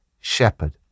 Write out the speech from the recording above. shepherd